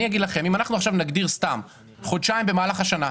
אם אנחנו עכשיו נגדיר סתם חודשיים במהלך השנה,